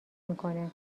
میکنه